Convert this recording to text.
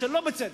שלא בצדק.